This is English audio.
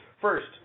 First